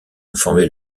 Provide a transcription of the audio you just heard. informé